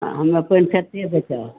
आ हम अपन बेचब